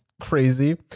crazy